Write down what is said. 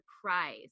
surprise